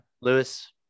Lewis